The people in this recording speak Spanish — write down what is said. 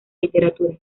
literatura